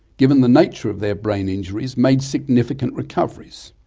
given the nature of their brain injuries, made significant recoveries.